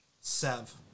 Sev